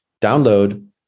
download